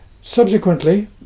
Subsequently